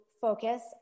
focus